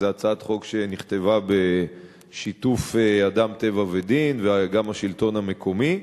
שזאת הצעת חוק שנכתבה בשיתוף "אדם טבע ודין" וגם השלטון המקומי.